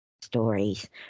stories